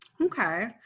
okay